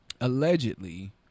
allegedly